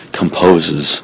composes